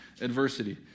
adversity